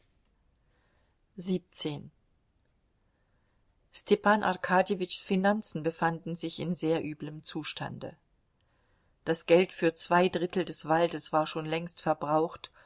stepan arkadjewitschs finanzen befanden sich in sehr üblem zustande das geld für zwei drittel des waldes war schon längst verbraucht